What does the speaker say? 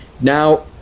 Now